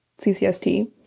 CCST